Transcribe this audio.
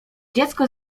dziecko